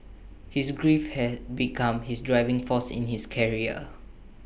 his grief had become his driving force in his career